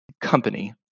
Company